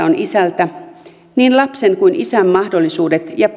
on isältä niin lapsen kuin isän mahdollisuuksien ja